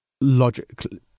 logically